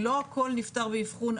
לא הכול נפתר באבחון.